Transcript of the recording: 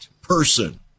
person